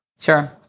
Sure